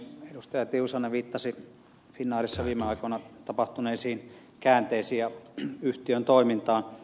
tiusanen viittasi finnairissa viime aikoina tapahtuneisiin käänteisiin ja yhtiön toimintaan